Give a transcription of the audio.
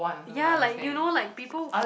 ya like you know like people